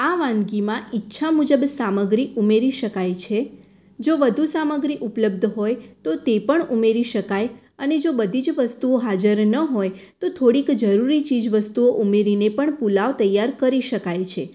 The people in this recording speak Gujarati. આ વાનગીમાં ઈચ્છા મુજબ સામગ્રી ઉમેરી શકાય છે જો વધુ સામગ્રી ઉપલબ્ધ હોય તો તે પણ ઉમેરી શકાય અને જો બધી જ વસ્તુઓ હાજર ન હોય તો થોડીક જ જરૂરી ચીજ વસ્તુઓ ઉમેરીને પણ પુલાવ તૈયાર કરી શકાય છે